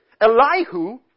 Elihu